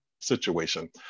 situation